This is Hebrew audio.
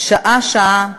שעה-שעה,